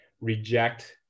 reject